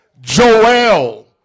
Joel